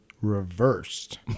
reversed